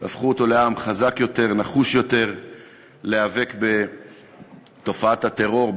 והפכו אותו לעם חזק יותר ונחוש יותר להיאבק בתופעת הטרור,